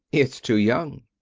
it's too young.